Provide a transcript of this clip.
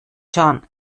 john